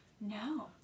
No